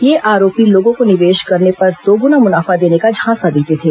ये आरोपी लोगों को निवेश करने पर दोगुना मुनाफा देने का झांसा देते थे